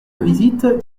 visites